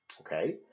Okay